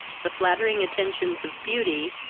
the flattering attentions of beauty,